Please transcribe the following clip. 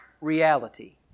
reality